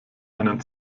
einen